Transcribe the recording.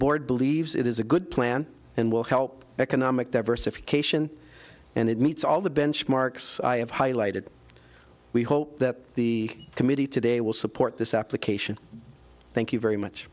board believes it is a good plan and will help economic diversification and it meets all the benchmarks i have highlighted we hope that the committee today will support this application thank you very much